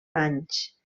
anys